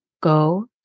Go